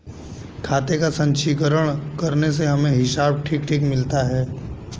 खाते का संचीकरण करने से हमें हिसाब ठीक ठीक मिलता है